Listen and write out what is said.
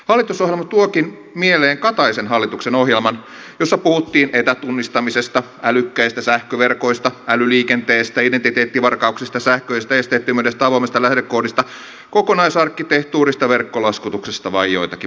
hallitusohjelma tuokin mieleen kataisen hallituksen ohjelman jossa puhuttiin etätunnistamisesta älykkäistä sähköverkoista älyliikenteestä identiteettivarkauksista sähköisestä esteettömyydestä avoimesta lähdekoodista kokonaisarkkitehtuurista verkkolaskutuksesta vain joitakin mainitakseni